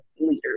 leaders